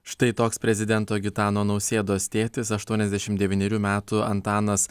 štai toks prezidento gitano nausėdos tėtis aštuoniasdešim devynerių metų antanas